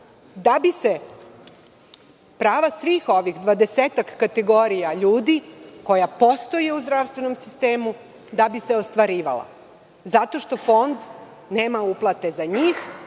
da bi se prava svih ovih 20-ak kategorija ljudi, koje postoje u zdravstvenom sistemu, ostvarila, zato što Fond nema uplate za njih.